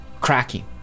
cracking